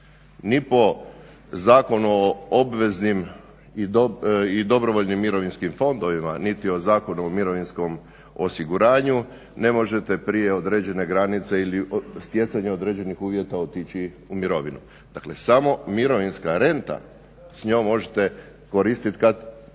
Mi po Zakonu o obveznim i dobrovoljnim mirovinskim fondovima, niti o Zakonu o mirovinskom osiguranju ne možete prije određene granice ili stjecanja određenih uvjeta otići u mirovinu. Dakle, samo mirovinska renta s njom možete koristit kad nakon